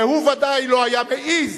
והוא ודאי לא היה מעז,